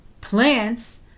plants